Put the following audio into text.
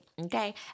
Okay